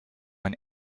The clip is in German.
ein